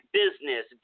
business